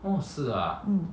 um